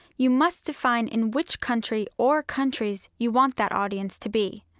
you must define in which country or countries you want that audience to be.